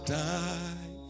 die